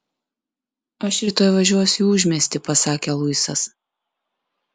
aš rytoj važiuosiu į užmiestį pasakė luisas